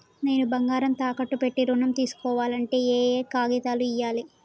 నేను బంగారం తాకట్టు పెట్టి ఋణం తీస్కోవాలంటే ఏయే కాగితాలు ఇయ్యాలి?